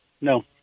No